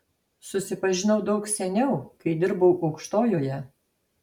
susipažinau daug seniau kai dirbau aukštojoje